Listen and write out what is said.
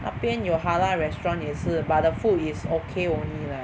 那边有 halal restaurant 也是 but the food is okay only leh